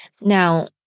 Now